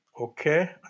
okay